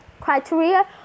criteria